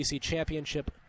championship